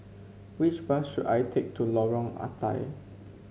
which bus should I take to Lorong Ah Thia